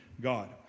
God